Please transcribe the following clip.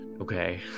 Okay